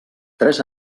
tres